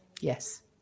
yes